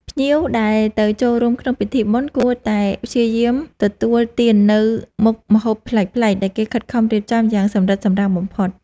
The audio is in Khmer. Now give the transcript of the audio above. ភ្ញៀវដែលទៅចូលរួមក្នុងពិធីបុណ្យគួរតែព្យាយាមទទួលទាននូវមុខម្ហូបប្លែកៗដែលគេខិតខំរៀបចំយ៉ាងសម្រិតសម្រាំងបំផុត។